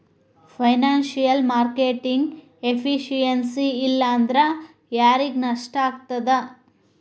Financial marketing efficiency ಇಲ್ಲಾಂದ್ರ ಯಾರಿಗ್ ನಷ್ಟಾಗ್ತದ?